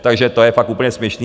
Takže to je fakt úplně směšný.